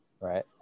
right